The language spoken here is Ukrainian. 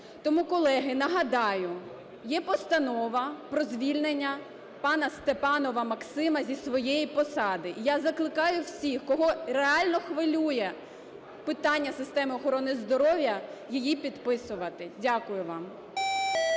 Тому, колеги, нагадаю, є постанова про звільнення пана Степанова Максима зі своєї посади. Я закликаю всіх, кого реально хвилює питання системи охорони здоров'я, її підписувати. Дякую вам.